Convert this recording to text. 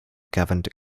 governed